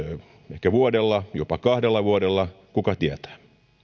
ehkä vuodella jopa kahdella vuodella kuka tietää